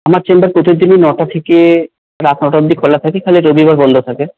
আমার চেম্বার প্রতিদিনই নটা থেকে রাত নটা অবধি খোলা থাকে খালি রবিবার বন্ধ থাকে